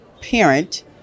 parent